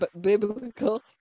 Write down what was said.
biblical